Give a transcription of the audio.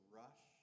rush